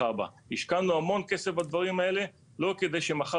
השקענו המון כסף בדברים האלה לא כדי שמחר